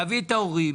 להביא את ההורים,